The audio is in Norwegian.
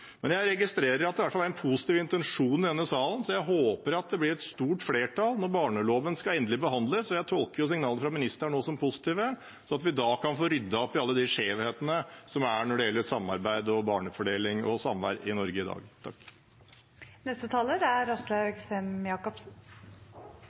Jeg registrerer at det i hvert fall er en positiv intensjon i denne salen, så jeg håper at det blir et stort flertall når barneloven skal behandles endelig. Jeg tolker signalene fra ministeren som positive, sånn at vi da kan få ryddet opp i alle skjevhetene når det gjelder samarbeid, barnefordeling og samvær i Norge i dag.